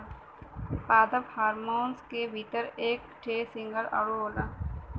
पादप हार्मोन के भीतर एक ठे सिंगल अणु होला